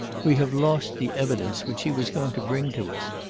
we have lost the evidence which she was going to bring to us.